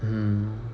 mm